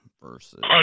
versus—